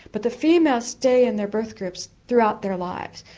but the females stay in their birth groups throughout their lives,